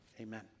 Amen